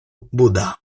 buda